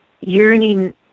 yearning